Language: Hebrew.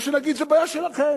או שנגיד: זאת בעיה שלכם?